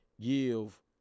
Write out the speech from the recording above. give